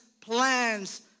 plans